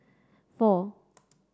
four